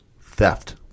theft